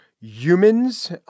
humans